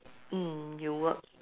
mm you work